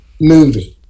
movie